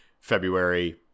February